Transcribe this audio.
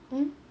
mm